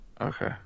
Okay